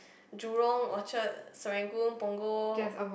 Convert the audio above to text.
Jurong Orchard Serangoon Punggol